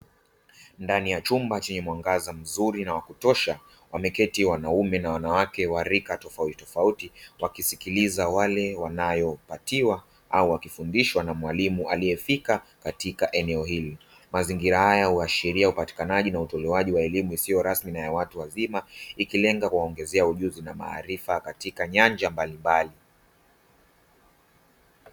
Ndani ya chumba chenye mwangaza mzuri na wa kutosha, wameketi wanaume na wanawake wa rika tofauti tofauti, wakisikiliza wale wanayo patiwa au wakifundishwa na mwalimu aliye fika katika eneo hili. Mazingira haya huashiria upatikanaji na utolewaji wa elimu isiyo rasmi na ya watu wazima ikilenga kuwaongezea ujuzi na maarifa katika nyanja mbalimbali .